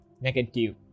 Negative